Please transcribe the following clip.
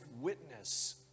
witness